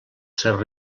ser